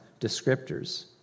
descriptors